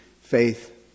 faith